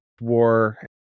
War